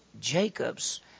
Jacob's